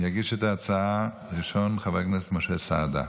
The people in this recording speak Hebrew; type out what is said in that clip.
יציג את ההצעה ראשון חבר הכנסת משה סעדה.